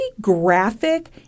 graphic